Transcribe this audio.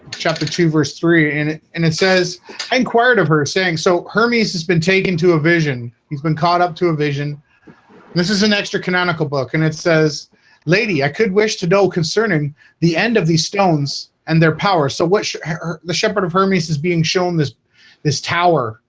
chapter two verse three in it and it says inquired of her saying so hermes has been taken to a vision he's been caught up to a vision this is an extra canonical book and it says lady i could wish to know concerning the end of these stones and their power so what should the shepherd of hermes is being shown this this tower?